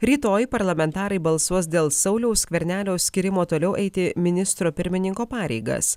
rytoj parlamentarai balsuos dėl sauliaus skvernelio skyrimo toliau eiti ministro pirmininko pareigas